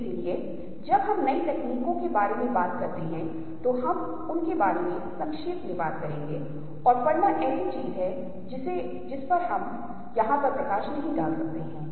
तो यह अधूरा है और हम इसे पूरा करने की कोशिश करते हैं और इसे पूरा करने की कोशिश में अगर हमारे पास इस तरह का एक पैटर्न है तो हम कहते हैं वाह यह पैटर्न को पूरा करता है